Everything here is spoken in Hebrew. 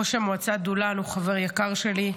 ראש המועצה דולאן הוא חבר יקר שלי.